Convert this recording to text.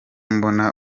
mbona